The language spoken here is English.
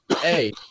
hey